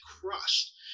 crust